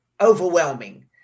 overwhelming